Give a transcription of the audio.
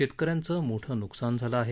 शेतकऱ्यांचं मोठं नुकसान झालं आहे